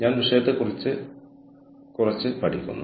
ഞങ്ങൾ വളർന്നപ്പോൾ washing machine ഒരു ആഡംബരമായിരുന്നു